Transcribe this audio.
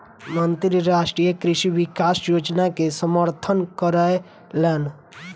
मंत्री राष्ट्रीय कृषि विकास योजना के समर्थन कयलैन